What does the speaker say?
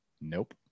Nope